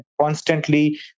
constantly